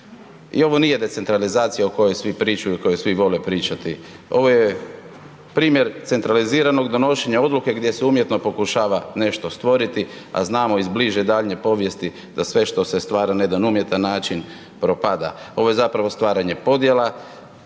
I ovo nije decentralizacija o kojoj svi pričaju, o kojoj svi vole pričati, ovo je primjer centraliziranog donošenja odluke gdje se umjetno pokušava nešto stvoriti a znamo iz bliže i daljnje povijest da sve što se stvara na jedan umjetan način propada. Ovo je zapravo stvaranje podjela,